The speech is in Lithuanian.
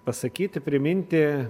pasakyti priminti